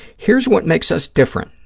here's what makes us different,